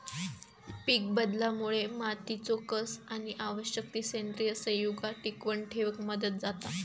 पीकबदलामुळे मातीचो कस आणि आवश्यक ती सेंद्रिय संयुगा टिकवन ठेवक मदत जाता